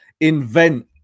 invent